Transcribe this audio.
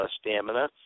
stamina